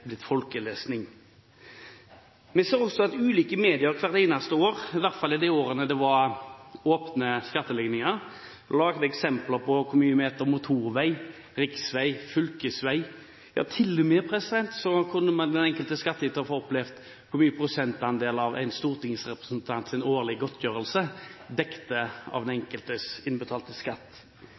blitt folkelesning. Vi ser også at ulike medier hvert eneste år – i hvert fall i de årene det var åpne skatteligninger – lager eksempler på hvor mange meter motorvei, riksvei og fylkesvei man finansierte – ja, den enkelte skattyter kunne til og med få opplyst hvor mange prosentandeler av en stortingsrepresentants årlige godtgjørelse den enkeltes innbetalte skatt